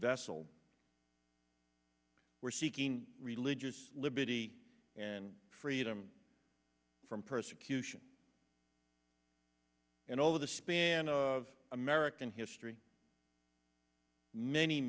vessel were seeking religious liberty and freedom from persecution and over the span of american history many